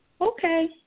Okay